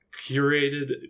curated